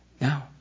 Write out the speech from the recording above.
Now